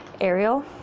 Ariel